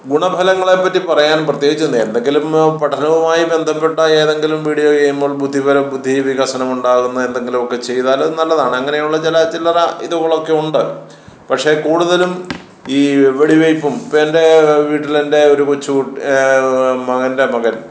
ഗുണഫലങ്ങളെ പറ്റി പറയാൻ പ്രത്യേകിച്ചില്ല എന്തെങ്കിലും പഠനവുമായി ബന്ധപ്പെട്ട ഏതെങ്കിലും വീഡിയോ ഗെയിമുകള് ബുദ്ധിപരം ബുദ്ധിവികാസം ഉണ്ടാകുന്ന എന്തെങ്കിലും ഒക്കെ ചെയ്താൽ അത് നല്ലതാണ് അങ്ങനെയുള്ള ചില ചില്ലറ ഇതുകളൊക്കെ ഉണ്ട് പക്ഷെ കൂടുതലും ഈ വെടിവെപ്പും ഇപ്പോൾ എൻ്റെ വീട്ടിൽ എൻ്റെ ഒരു കൊച്ചു കുട്ടി എൻ്റെ മകൻ്റെ മകൻ